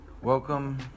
Welcome